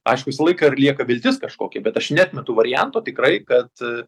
aišku visą laiką ir lieka viltis kažkokia bet aš neatmetu varianto tikrai kad